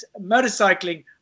motorcycling